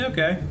Okay